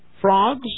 frogs